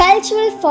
Cultural